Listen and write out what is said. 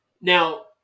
Now